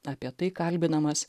apie tai kalbinamas